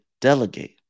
Delegate